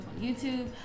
YouTube